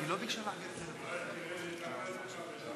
ההסתייגות (10)